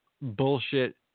bullshit